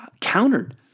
countered